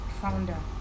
founder